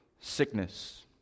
sickness